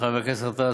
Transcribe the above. חבר הכנסת גטאס,